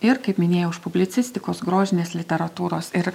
ir kaip minėjau iš publicistikos grožinės literatūros ir